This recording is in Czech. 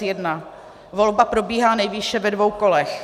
1. Volba probíhá nejvýše ve dvou kolech.